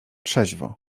trzeźwo